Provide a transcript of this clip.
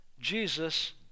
Jesus